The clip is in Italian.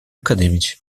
accademici